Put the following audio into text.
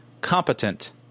competent